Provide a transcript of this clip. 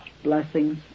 blessings